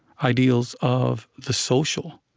ideals of the social,